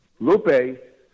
Lupe